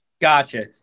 Gotcha